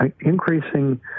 increasing